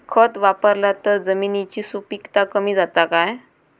खत वापरला तर जमिनीची सुपीकता कमी जाता काय?